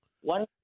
One